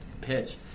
pitch